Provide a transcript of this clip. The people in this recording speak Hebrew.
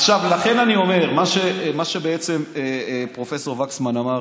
עכשיו, לכן אני אומר, מה שבעצם פרופ' וקסמן אמר,